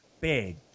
big